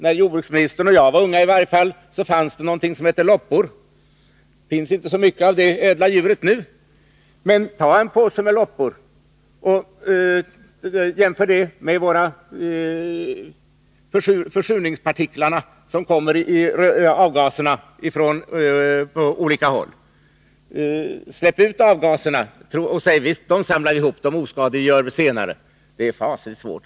När jordbruksministern och jag var unga fanns det någonting som hette loppor. Det är inte så gott om det ädla djuret nu. Men jämför en påse loppor med försurningspartiklarna i avgaser från olika håll! Vi kan släppa ut avgaserna och säga att vi skall samla ihop och oskadliggöra dem senare. Det är fasligt svårt.